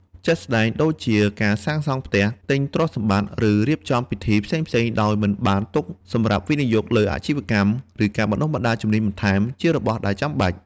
ជាក់ស្ដែងដូចជាការសាងសង់់ផ្ទះ ទិញទ្រព្យសម្បត្តិ ឬរៀបចំពិធីផ្សេងៗដោយមិនបានទុកសម្រាប់វិនិយោគលើអាជីវកម្ម ឬការបណ្តុះបណ្តាលជំនាញបន្ថែម ជារបស់ដែលចាំបាច់។